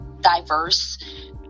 diverse